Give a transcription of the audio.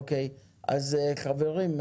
חברים,